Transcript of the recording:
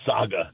saga